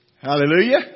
Hallelujah